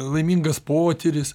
laimingas potyris